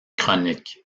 chroniques